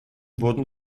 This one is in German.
wurden